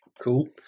cool